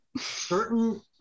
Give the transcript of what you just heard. Certain